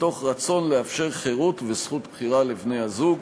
מתוך רצון לאפשר חירות וזכות בחירה לבני-הזוג.